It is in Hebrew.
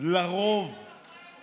אתה הורס לו את הפריימריז.